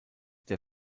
der